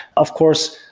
of course,